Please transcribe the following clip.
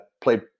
played